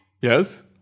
Yes